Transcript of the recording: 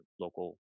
local